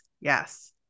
yes